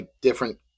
different